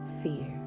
fear